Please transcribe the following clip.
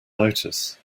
notice